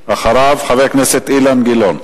ואחריו, חבר הכנסת אילן גילאון.